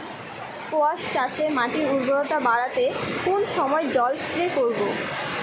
কোয়াস চাষে মাটির উর্বরতা বাড়াতে কোন সময় জল স্প্রে করব?